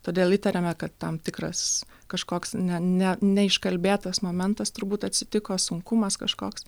todėl įtariame kad tam tikras kažkoks ne ne neiškalbėtas momentas turbūt atsitiko sunkumas kažkoks